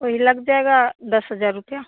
वही लग जाएगा दस हज़ार रुपया